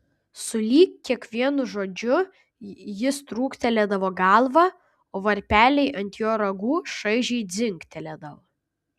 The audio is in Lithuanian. sulig kiekvienu žodžiu jis trūkteldavo galvą o varpeliai ant jo ragų šaižiai dzingteldavo